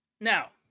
Now